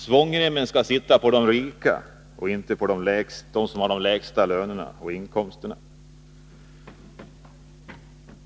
Svångremmen skall dras åt på de rika och inte på dem som har de lägsta inkomsterna.